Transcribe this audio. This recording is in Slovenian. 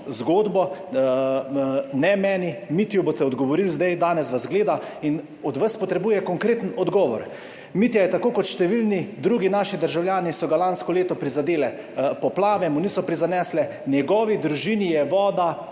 zgodbo, ne meni, Mitju boste zdaj odgovorili, danes vas gleda in od vas potrebuje konkreten odgovor. Mitja so tako kot številne druge naše državljane lansko leto prizadele poplave, mu niso prizanesle, njegovi družini je voda